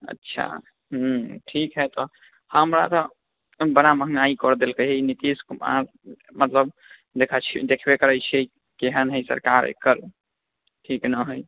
अच्छा हूँ ठीक है तऽ हमरा तऽ बड़ा महगाइ कर देलकै है ई नीतीश कुमार मतलब देखा छियै देखबे करै छियै केहन है सरकार एकर ठीक नहि है